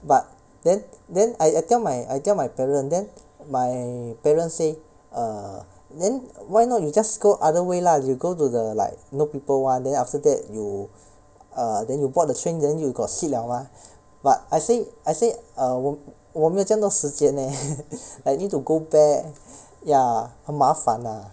but then then I tell my I tell my parent then my parents say err then why not you just go other way lah you go to the like no people [one] then after that you err then you board the train then you got seat liao mah but I say I say err 我我没有这样多时间 leh like need to go back ya 很麻烦 lah